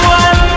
one